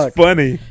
funny